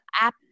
app